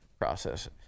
process